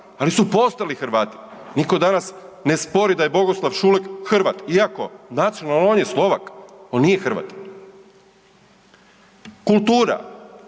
ali su postali Hrvati. Nitko danas ne spori da je Bogoslav Šulek Hrvat, iako nacionalno, on je Slovak, on nije Hrvat. Kultura,